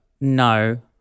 no